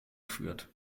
führt